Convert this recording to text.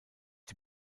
die